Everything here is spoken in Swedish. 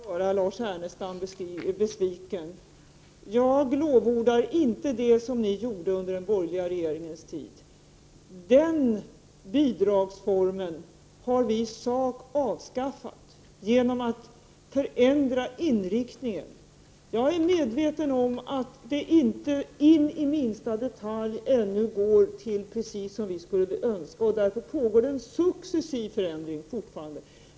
Fru talman! Jag måste tyvärr göra Lars Ernestam besviken. Jag lovordar inte det ni gjorde under den borgerliga regeringens tid i fråga om detta bidrag. Den bidragsformen har vi i sak avskaffat genom att förändra inriktningen. Jag är medveten om att allt ännu inte i minsta detalj är precis som vi skulle önska. Därför pågår fortfarande en successiv förändring.